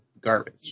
garbage